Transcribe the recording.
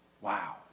Wow